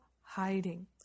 hiding